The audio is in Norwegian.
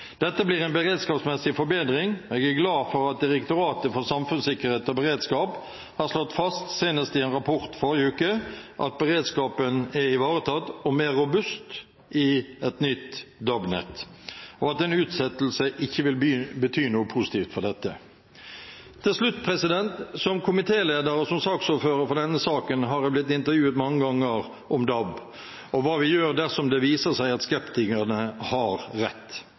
Dette blir en beredskapsmessig forbedring. Jeg er glad for at Direktoratet for samfunnssikkerhet og beredskap har slått fast, senest i en rapport forrige uke, at beredskapen er ivaretatt og mer robust i et nytt DAB-nett, og at en utsettelse ikke vil bety noe positivt for dette. Til slutt: Som komitéleder og som saksordfører for denne saken har jeg blitt intervjuet mange ganger om DAB og hva vi gjør dersom det viser seg at skeptikerne har rett.